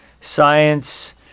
science